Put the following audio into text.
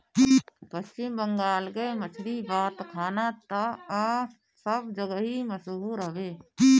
पश्चिम बंगाल के मछरी बात खाना तअ सब जगही मसहूर हवे